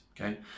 Okay